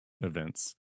events